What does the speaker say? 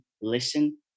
listen